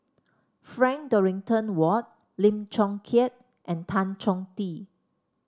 Frank Dorrington Ward Lim Chong Keat and Tan Chong Tee